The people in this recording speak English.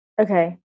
Okay